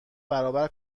برابر